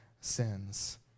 sins